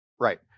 Right